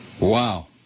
Wow